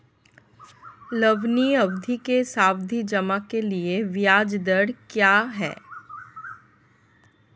लंबी अवधि के सावधि जमा के लिए ब्याज दर क्या है?